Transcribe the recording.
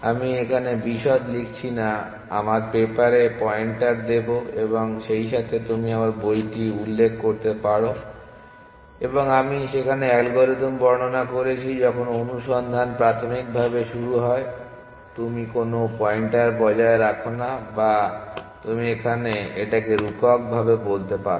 আমি এখানে বিশদ লিখছি না আমরা পেপারে পয়েন্টার দেব এবং সেইসাথে তুমি আমার বইটি উল্লেখ করতে পারো এবং আমি সেখানে অ্যালগরিদম বর্ণনা করেছি যখন অনুসন্ধান প্রাথমিকভাবে শুরু হয় তুমি কোনও পয়েন্টার বজায় রাখো না বা তুমি এখানে এটাকে রূপকভাবে বলতে পারো